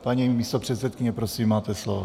Paní místopředsedkyně, prosím, máte slovo.